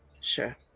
Sure